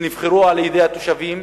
שנבחרו על-ידי התושבים,